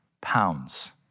pounds